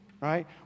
right